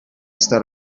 está